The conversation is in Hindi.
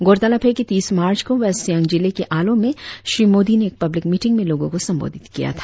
गौरतलब है कि तीस मार्च को वेस्ट सियांग जिले के आलो में श्री मोदी ने एक पब्लिक मीटिंग में लोगों को संबोधित किया था